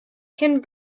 can